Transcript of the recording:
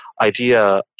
idea